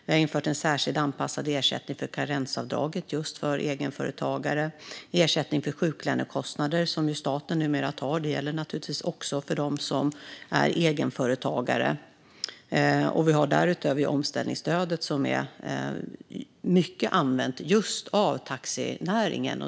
Vi har infört en särskilt anpassad ersättning för karensavdraget för just egenföretagare. Ersättning för sjuklönekostnader, som staten numera tar, gäller naturligtvis också för dem som är egenföretagare. Därutöver har vi omställningsstödet som används i stor utsträckning av just taxinäringen.